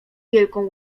wielką